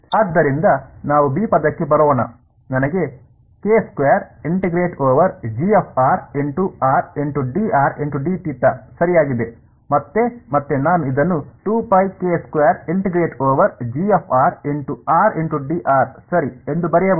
ಆದ್ದರಿಂದ ನಾವು ಬಿ ಪದಕ್ಕೆ ಬರೋಣ ನನಗೆ ಸರಿಯಾಗಿದೆ ಮತ್ತು ಮತ್ತೆ ನಾನು ಇದನ್ನು ಸರಿ ಎಂದು ಬರೆಯಬಹುದು